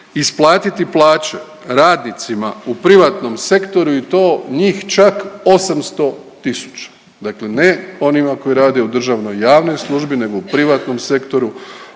isplatiti plaće radnicima u privatnom sektoru i to njih čak 800 tisuća, dakle ne onima koji rade u državnoj i javnoj službi nego u privatnom sektoru